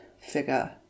figure